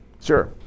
Sure